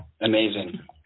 Amazing